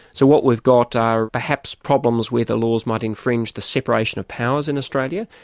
so what we've got are, perhaps problems where the laws might infringe the separation of powers in australia,